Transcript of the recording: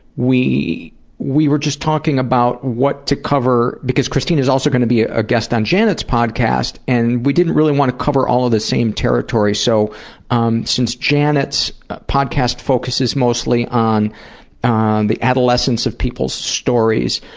we we were just talking about what to cover, because christina's also going to be a guest on janet's podcast, and we didn't really want to cover all of the same territory, so um since janet's podcast focuses mostly on and the adolescence of people's stories,